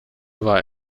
war